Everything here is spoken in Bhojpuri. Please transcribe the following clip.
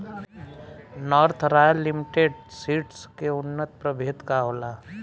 नार्थ रॉयल लिमिटेड सीड्स के उन्नत प्रभेद का होला?